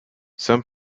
some